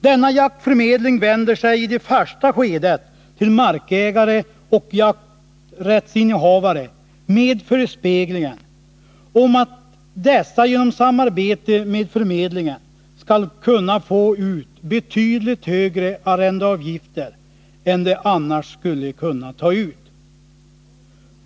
Denna jaktförmedling vänder sig i det första skedet till markägare och jakträttsinnehavare med förespeglingen att dessa genom samarbete med förmedlingen skall kunna få ut betydligt högre arrendeavgifter än de annars skulle kunna ta ut.